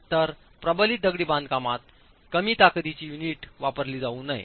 तर प्रबलित दगडी बांधकामात कमी ताकदीची युनिट वापरली जाऊ नये